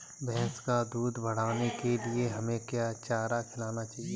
भैंस का दूध बढ़ाने के लिए हमें क्या चारा खिलाना चाहिए?